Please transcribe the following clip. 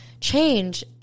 change